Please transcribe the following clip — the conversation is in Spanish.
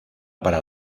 para